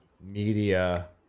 media